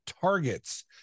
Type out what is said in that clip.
targets